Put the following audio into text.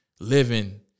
living